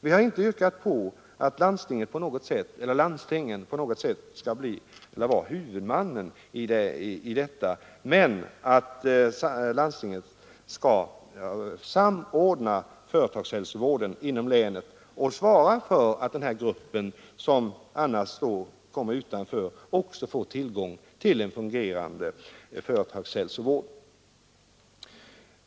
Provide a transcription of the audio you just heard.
Vi har inte yrkat på att landstingen på något sätt skulle bli huvudmän men landstingen skulle kunna samordna företagshälsovården inom länen och svara för att denna grupp, som annars kommer att stå utanför, också får tillgång till en väl fungerande företagshälsovård.